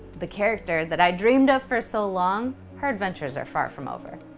the character that i dreamed of for so long, her adventures are far from over.